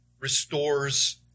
restores